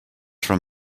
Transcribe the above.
from